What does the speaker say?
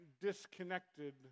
disconnected